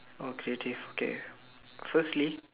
oh creative okay firstly